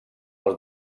als